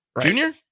Junior